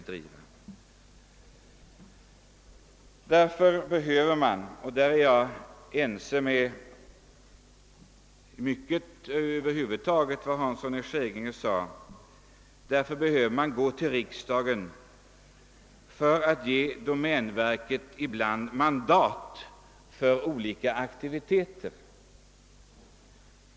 Därför behöver man — och därvidlag är jag liksom beträffande en hel del annat ense med herr Hansson i Skegrie — gå till riksdagen för att denna skall ge domänverket mandat för olika aktiviteter.